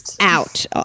out